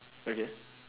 okay